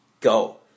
Go